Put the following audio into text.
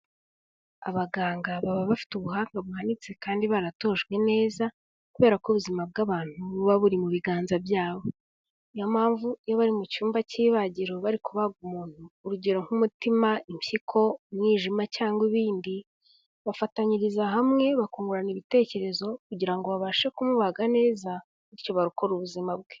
Abaganga baba bafite ubuhanga buhanitse kandi baratojwe neza kubera ko ubuzima bw'abantu buba buri mu biganza byabo, ni mpamvu iyo bari mu cyumba cy'ibagiroriro bari kubaga umuntu, urugero nk'umutima, impyiko, umwijima cyangwa ibindi, bafatanyiriza hamwe bakungurana ibitekerezo kugira ngo babashe kumubaga neza, bityo barokora ubuzima bwe.